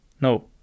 No